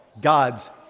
God's